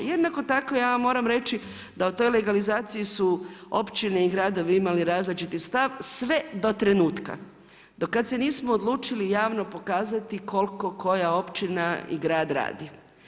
Jednako tako ja vam moram reći da o toj legalizaciji su općine i gradovi imali različiti stav sve do trenutka do kada se nismo odlučili javno pokazati koliko koja općina i grad radi.